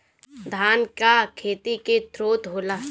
धान का खेती के ग्रोथ होला?